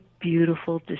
beautiful